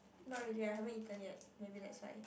not really I haven't eaten yet maybe that's why